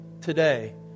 today